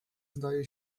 zdaje